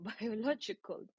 biological